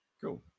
Cool